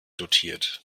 dotiert